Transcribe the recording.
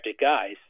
guys